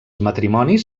matrimonis